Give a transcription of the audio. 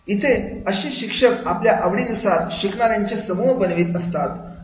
इथे अशी शिक्षक आपल्या आवडीनुसार शिकणाऱ्या चे समूह बनवित असतात